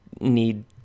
need